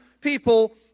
people